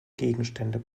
gegenstände